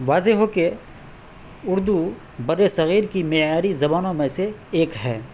واضح ہو کہ اردو بر صغیر کی معیاری زبانوں میں سے ایک ہے